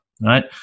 right